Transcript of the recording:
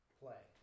play